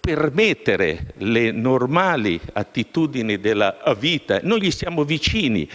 espletare le normali attitudini della vita. Noi gli stiamo vicini,